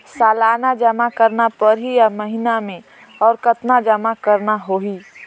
सालाना जमा करना परही या महीना मे और कतना जमा करना होहि?